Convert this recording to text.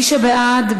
מי שבעד,